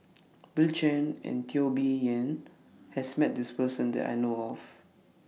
Bill Chen and Teo Bee Yen has Met This Person that I know of